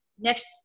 next